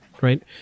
right